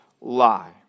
lie